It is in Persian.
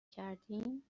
کردیم